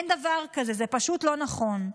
אין דבר כזה, זה פשוט לא נכון.